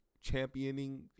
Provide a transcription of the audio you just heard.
championing